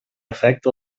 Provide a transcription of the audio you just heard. afecta